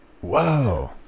Whoa